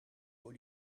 voor